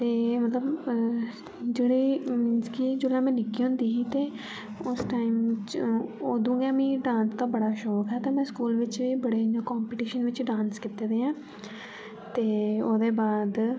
ते मतलब अ जेह्ड़े मींस की जोहलै में निक्की होंदी ही ते उस टाइम च औदो गे मी डांस दा बड़ा शौक हा ता मैं स्कूल च बड़े इ'यां कम्पिटिशन च डांस कित्ते दे आ ते ओह्दे बाद